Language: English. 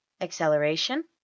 Acceleration